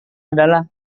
adalah